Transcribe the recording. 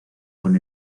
con